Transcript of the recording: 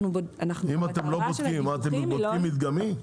אם אתם לא בודקים, מה אתם בודקים מדגמית?